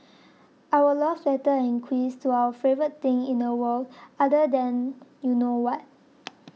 our love letter and quiz to our favourite thing in the world other than you know what